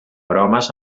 aromes